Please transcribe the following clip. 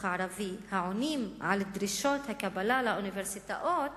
הערבי העונים על דרישות הקבלה לאוניברסיטאות